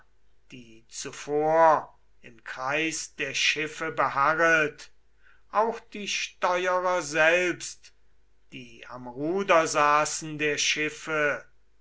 die zuvor im kreis der schiffe beharret auch die steuerer selbst die am ruder saßen der schiffe